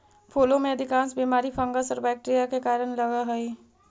फूलों में अधिकांश बीमारी फंगस और बैक्टीरिया के कारण लगअ हई